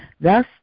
Thus